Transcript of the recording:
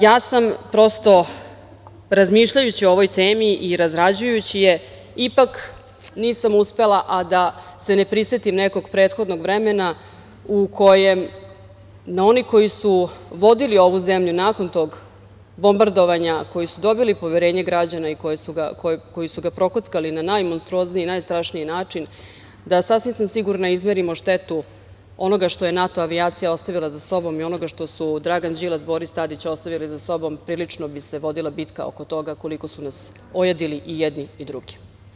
Ja sam, prosto, razmišljajući o ovoj temi i razrađujući je, ipak nisam uspela, a da se ne prisetim nekog prethodnog vremena u kojem na one koji su vodili ovu zemlju nakon tog bombardovanja, koji su dobili poverenje građana i koji su ga prokockali na najmonstruozniji i najstrašniji način, da sasvim sam sigurna izmerimo štetu onoga što je NATO avijacija ostavila za sobom i onoga što su Dragan Đilas, Boris Tadić ostavili za sobom, prilično bi se vodila bitka oko toga koliko su nas ojadili i jedni i drugi.